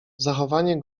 zachowanie